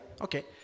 Okay